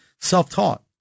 self-taught